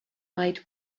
eyed